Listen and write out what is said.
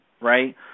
right